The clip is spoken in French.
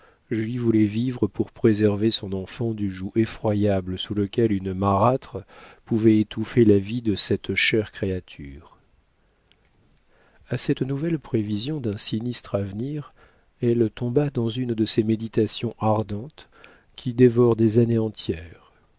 julie voulait vivre pour préserver son enfant du joug effroyable sous lequel une marâtre pouvait étouffer la vie de cette chère créature a cette nouvelle prévision d'un sinistre avenir elle tomba dans une de ces méditations ardentes qui dévorent des années entières